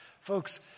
Folks